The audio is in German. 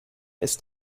ist